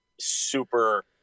super